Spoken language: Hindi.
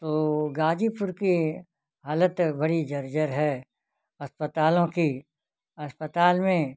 तो गाज़ीपुर की हालत बड़ी जर्जर है अस्पतालों की अस्पताल में